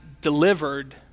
delivered